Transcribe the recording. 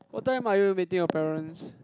what time are you meeting your parents